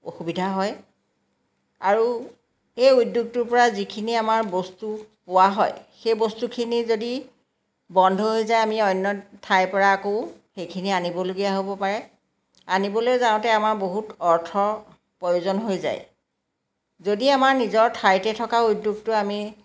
অসুবিধা হয় আৰু এই উদ্যোগটোৰ পৰা যিখিনি আমাৰ বস্তু পোৱা হয় সেই বস্তুখিনি যদি বন্ধ হৈ যায় আমি অন্য ঠাইৰ পৰা আকৌ সেইখিনি আনিবলগীয়া হ'ব পাৰে আনিবলৈ যাওঁতে আমাৰ বহুত অৰ্থ প্ৰয়োজন হৈ যায় যদি আমাৰ নিজৰ ঠাইতে থকা উদ্যোগটো আমি